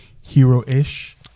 hero-ish